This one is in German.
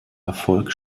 erfolg